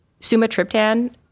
sumatriptan